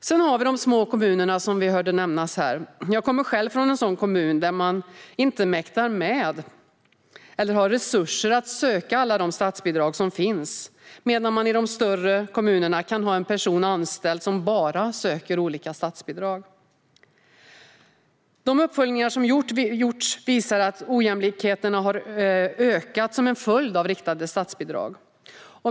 Sedan har vi de små kommunerna, som vi hörde nämnas. Jag kommer själv från en sådan kommun, där man inte mäktar med eller har resurser att söka alla de statsbidrag som finns, medan de större kommunerna kan ha en person anställd som bara söker olika statsbidrag. Riktade statsbidrag till skolan De uppföljningar som gjorts visar att ojämlikheterna har ökat som en följd av riktade statsbidrag.